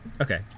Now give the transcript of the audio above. Okay